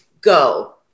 go